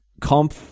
comp